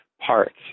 parts